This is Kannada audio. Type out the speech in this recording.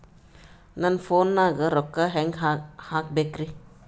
ನನ್ನ ಫೋನ್ ನಾಗ ರೊಕ್ಕ ಹೆಂಗ ಹಾಕ ಬೇಕ್ರಿ?